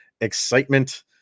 excitement